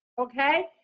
Okay